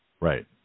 Right